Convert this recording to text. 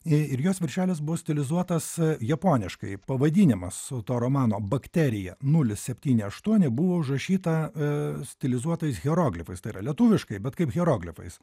ir jos viršelis buvo stilizuotas japoniškai pavadinimas to romano bakterija nulis septyni aštuoni buvo užrašyta stilizuotais hieroglifais tai yra lietuviškai bet kaip hieroglifais